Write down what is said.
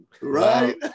Right